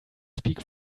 speak